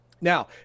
Now